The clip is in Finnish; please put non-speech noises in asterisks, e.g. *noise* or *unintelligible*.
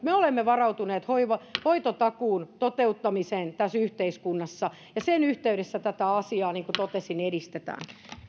*unintelligible* me olemme varautuneet hoitotakuun toteuttamiseen tässä yhteiskunnassa ja sen yhteydessä tätä asiaa niin kuin totesin edistetään